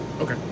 Okay